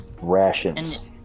Rations